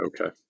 Okay